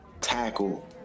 tackle